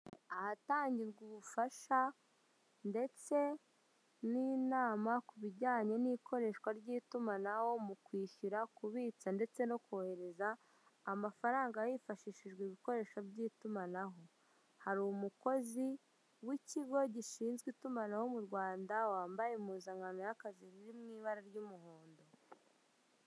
Ahatangirwa ubufasha ndetse n'inama kubijyanye n'ikoreshwa ry'itumanaho mu kwishyura, kubitsa ndetse no kohereza amafaranga hifashishijwe ibikoresho by'itumanaho, hari umukozi w'ikigo gishinzwe itumanaho mu Rwanda wambaye impuzankano y'akazi iri mu ibara ry'umuhondo.